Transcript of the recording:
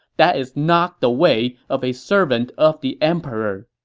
that is not the way of a servant of the emperor.